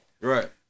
Right